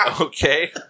okay